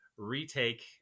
retake